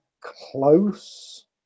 close